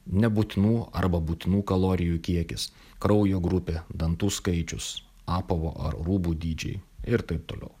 nebūtinų arba būtinų kalorijų kiekis kraujo grupė dantų skaičius apavo ar rūbų dydžiai ir taip toliau